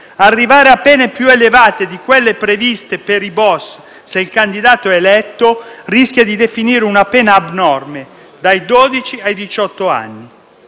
Arrivare a pene più elevate di quelle previste per i *boss* se il candidato è eletto rischia di definire una pena abnorme (dai dodici ai